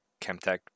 Chemtech